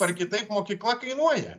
ar kitaip mokykla kainuoja